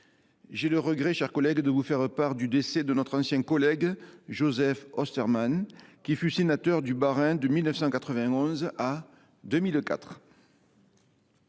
j’ai le regret de vous faire part du décès de notre ancien collègue Joseph Ostermann, qui fut sénateur du Bas Rhin de 1991 à 2004.